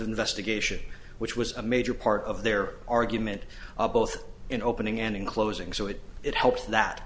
investigation which was a major part of their argument both in opening and closing so it it helps that